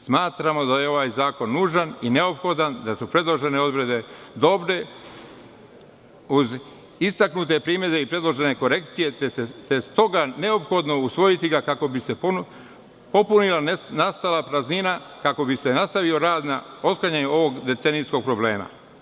Smatramo da je ovaj zakon nužan i neophodan, da su predložene odredbe dobre, uz istaknute primedbe i predložene korekcije, te ga je stoga neophodno usvojiti, kako bi se popunila nastala praznina, kako bi se nastavio rad na otklanjanju ovog decenijskog problema.